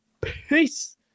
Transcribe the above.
Peace